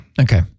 Okay